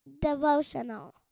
devotional